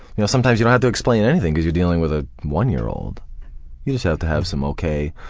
you know sometimes you don't have to explain anything cause you're dealing with a one-year-old. you just have to have some okay,